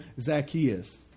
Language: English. Zacchaeus